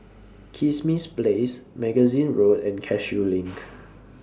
Kismis Place Magazine Road and Cashew LINK